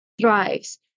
thrives